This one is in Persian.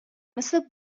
مثل